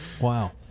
Wow